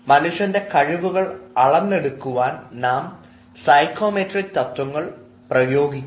മനുഷ്യന്റെ കഴിവുകൾ അളനെടുക്കുവാൻ നാം സൈക്കോമെട്രിക് തത്വങ്ങൾ പ്രയോഗിക്കുന്നു